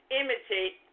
imitate